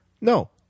no